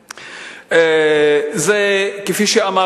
לא, זו לא הצעת אי-אמון, זו הצעה